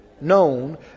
Known